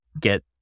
get